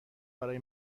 برای